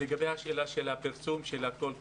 אני אתייחס גם לגבי השאלה של הפרסום של הקול קורא.